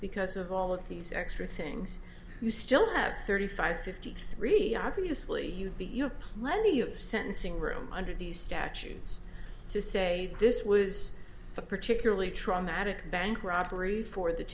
because of all of these extra things you still have thirty five fifty three obviously you'd be you have plenty of sentencing room under these statutes to say this was a particularly traumatic bank robbery for the